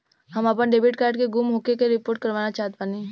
हम आपन debit card के गुम होखे के रिपोर्ट करवाना चाहत बानी